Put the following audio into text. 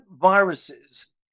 viruses